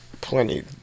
plenty